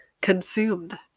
consumed